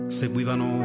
seguivano